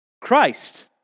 Christ